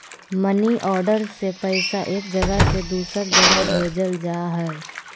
money order से पैसा एक जगह से दूसर जगह भेजल जा हय